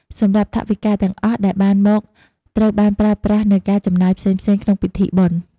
សម្រាប់ថវិកាទាំងអស់ដែលបានមកត្រូវបានប្រើប្រាស់នូវការចំណាយផ្សេងៗក្នុងពិធីបុណ្យ។